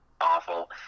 awful